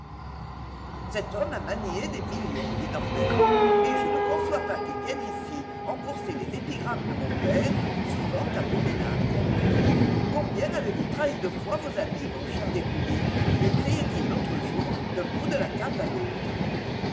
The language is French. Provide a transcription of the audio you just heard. cet homme a manié des millions dit norbert et je ne conçois pas qu'il vienne ici embourser les épigrammes de mon père souvent abominables combien avez-vous trahi de fois vos amis mon cher descoulis lui criait-il l'autre jour d'un bout de la table à l'autre